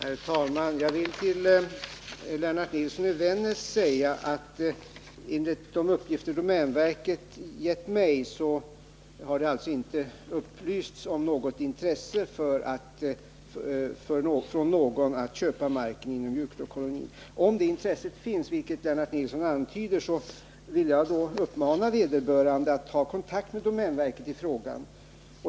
Herr talman! Jag vill säga till Lennart Nilsson i Vännäs att det enligt de uppgifter som domänverket har gett mig inte har funnits intresse från någon att köpa marken inom Juktåkolonin. Om det intresset ändå finns, vilket Lennart Nilsson antyder, vill jag uppmana vederbörande att ta kontakt med domänverket i frågan.